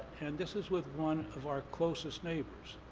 and this is with one of our closest neighbors.